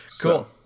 Cool